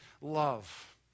love